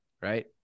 right